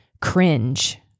cringe